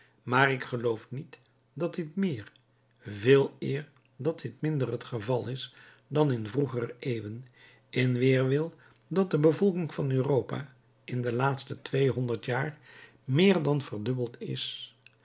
maar ik geloof niet dat dit meer veeleer dat dit minder het geval is dan in vroegere eeuwen in weerwil dat de bevolking van europa in de laatste tweehonderd jaar meer dan verdubbeld is